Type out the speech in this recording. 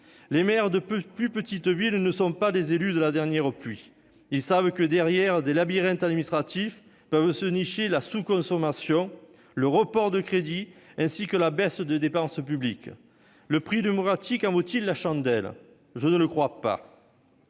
Les maires des plus petites villes ne sont pas nés de la dernière pluie. Ils savent que, dans des labyrinthes administratifs, peuvent se nicher la sous-consommation, le report de crédits, ainsi que la baisse de la dépense publique. Le prix en termes de démocratie en vaut-il la chandelle ? Je ne le crois pas.